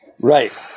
Right